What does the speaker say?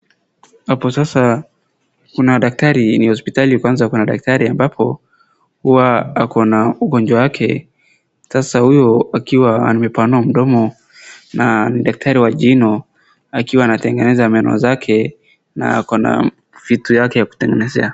Hapo sasa kuna daktari hii ni hospitali kwanza kuna dakatari ambapo huwa ako na mgonjwa yake. Sasa huyo akiwa amepanua mdomo na ni daktari wa jino akiwa anatengeneza meni zake na ako na vitu yake ya kutengenezea.